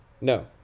No